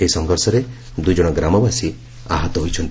ଏହି ସଂଘର୍ଷରେ ଦୁଇ ଜଣ ଗ୍ରାମବାସୀ ଆହତ ହୋଇଛନ୍ତି